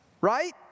Right